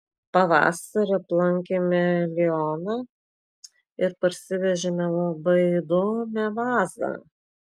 pavasarį aplankėme lioną ir parsivežėme labai įdomią vazą